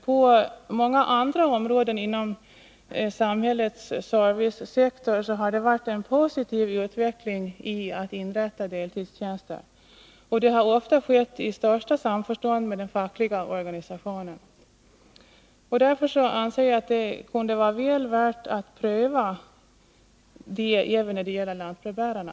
På många andra områden inom samhällets servicesektor har det visat sig positivt att inrätta deltidstjänster, och det har ofta skett i största samförstånd med den fackliga organisationen. Därför anser jag att det är väl värt att pröva detta även när det gäller lantbrevbärarna.